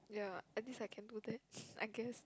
ya at least I can do that I guess